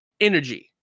energy